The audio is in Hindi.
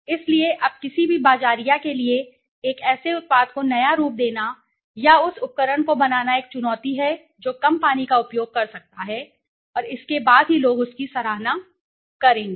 इसलिए अब किसी भी बाज़ारिया के लिए एक ऐसे उत्पाद को नया रूप देना या उस उपकरण को बनाना एक चुनौती है जो कम पानी का उपयोग कर सकता है और उसके बाद ही लोग उसकी सराहना करेंगे